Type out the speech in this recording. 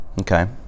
Okay